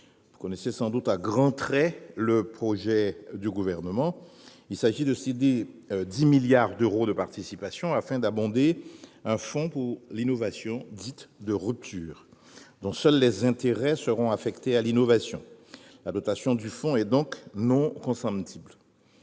vous connaissez sans doute à grands traits le projet du Gouvernement. Il s'agit de céder 10 milliards d'euros de participations afin d'abonder un fonds pour l'innovation dite « de rupture », dont seuls les intérêts seront affectés à l'innovation. La dotation du fonds est donc non consomptible.